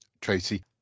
Tracy